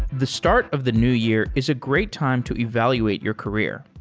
the start of the new year is a great time to evaluate your career.